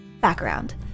Background